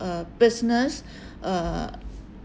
uh business uh